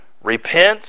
Repent